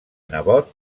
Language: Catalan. nebot